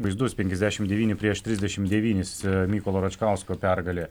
vaizdus penkiasdešimt devyni prieš trisdešimt devynis mykolo račkausko pergalė